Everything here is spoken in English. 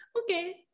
okay